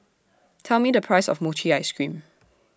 Tell Me The Price of Mochi Ice Cream